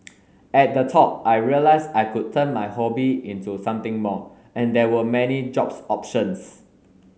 at the talk I realised I could turn my hobby into something more and there were many jobs options